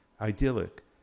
Idyllic